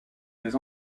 des